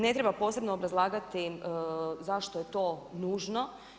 Ne treba posebno obrazlagati zašto je to nužno.